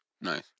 Nice